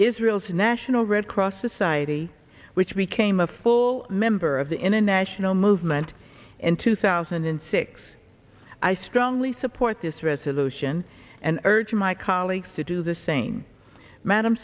israel's national red cross society which became a full member of the international movement in two thousand and six i strongly support this resolution and urge my colleagues to do the same madam